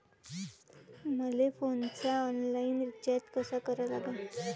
मले फोनचा online recharge कसा करा लागन?